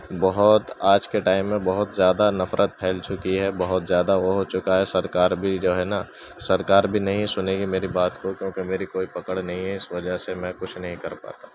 بہت آج کے ٹائم میں بہت زیادہ نفرت پھیل چکی ہے بہت زیادہ وہ ہو چکا ہے سرکار بھی جو ہے نا سرکار بھی نہیں سنے گی میری بات کو کیونکہ میری کوئی پکڑ نہیں ہے اس وجہ سے میں کچھ نہیں کر پاتا ہوں